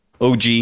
OG